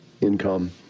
income